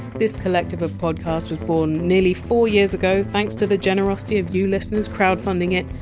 this collective of podcasts was born nearly four years ago thanks to the generosity of you listeners crowdfunding it,